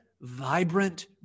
vibrant